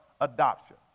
adoption